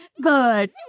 Good